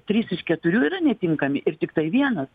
trys iš keturių yra netinkami ir tiktai vienas